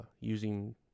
using